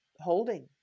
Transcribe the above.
holding